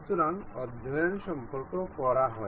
সুতরাং অধ্যয়ন সম্পন্ন করা হয়